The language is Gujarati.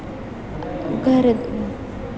ઘર